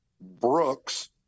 Brooks